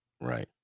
Right